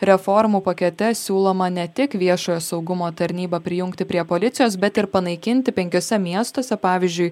reformų pakete siūloma ne tik viešojo saugumo tarnybą prijungti prie policijos bet ir panaikinti penkiuose miestuose pavyzdžiui